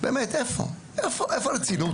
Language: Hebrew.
איפה הרצינות?